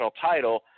title